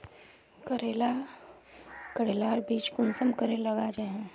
करेला करेलार बीज कुंसम करे लगा जाहा?